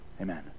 amen